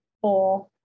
four